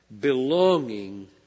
belonging